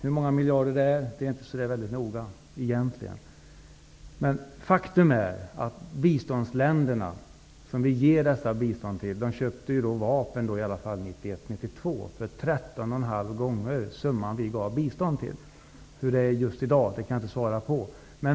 Hur många miljarder vi i Sverige ger i bistånd är egentligen inte så noga, men faktum är att de länder som vi ger bistånd till under 1991--1992 köpte vapen för 13,5 gånger så mycket som summan av vårt bistånd -- hur förhållandena är just i dag kan jag inte säga.